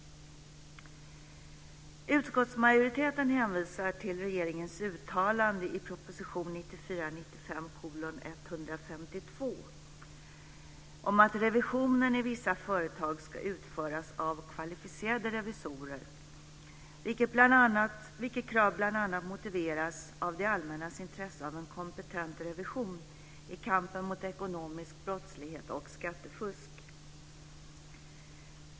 Utskottsmajoriteten hänvisar till regeringens uttalande i proposition 1994/95:152 om att revisionen i vissa företag ska utföras av kvalificerade revisorer, ett krav som bl.a. motiveras av det allmännas intresse av en kompetent revision i kampen mot ekonomisk brottslighet och mot skattefusk.